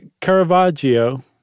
Caravaggio